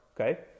Okay